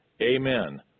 Amen